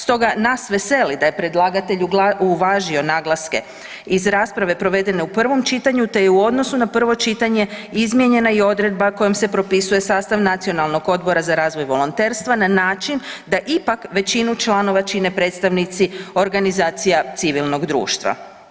Stoga nas veseli da je predlagatelj uvažio naglaske iz rasprave provedene u prvom čitanju, te je u odnosu na prvo čitanje izmijenja i odredba kojom se propisuje sastav Nacionalnog odbora za razvoj volonterstva na način da ipak većinu članova čine predstavnici organizacija civilnog društva.